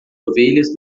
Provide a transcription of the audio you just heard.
ovelhas